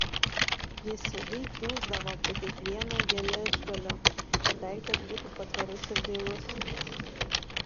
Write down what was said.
jis ilgai triūsdavo prie kiekvieno geležgalio kad daiktas būtų patvarus ir dailus